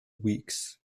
weeks